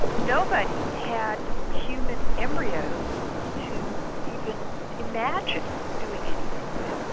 nobody had human embryos to even imagine doing anything with.